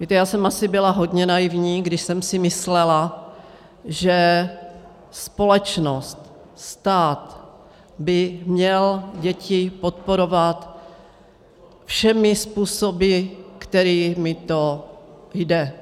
Víte, já jsem asi byla hodně naivní, když jsem si myslela, že společnost, stát by měl děti podporovat všemi způsoby, kterými to jde,